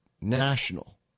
national